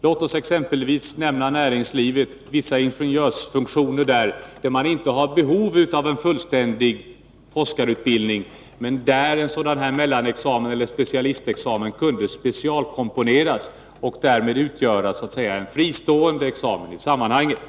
Låt mig som exempel nämna näringslivet, där man 2 1 juni 1983 på vissa ingenjörsfunktioner inte har behov av en fullständig forskarutbildning men däremot av en mellanexamen eller specialistexamen, som skulle Forskningsanslag, kunna specialkomponeras och därmed utgöra en fristående examen i mm m :